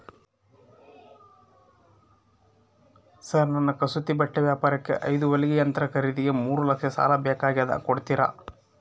Sir ನನ್ನ ಕಸೂತಿ ಬಟ್ಟೆ ವ್ಯಾಪಾರಕ್ಕೆ ಐದು ಹೊಲಿಗೆ ಯಂತ್ರ ಖರೇದಿಗೆ ಮೂರು ಲಕ್ಷ ಸಾಲ ಬೇಕಾಗ್ಯದ ಕೊಡುತ್ತೇರಾ?